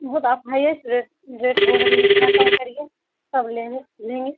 بہت آپ highest rate rate بول رہے ہیں تھوڑا کم کریے تب لیں گے لیں گی